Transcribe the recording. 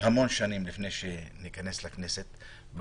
שנים רבות לפני הכניסה לכנסת,